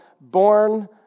Born